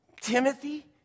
Timothy